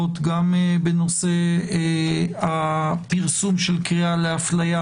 גם בנושא הפרסום של קריאה להפליה,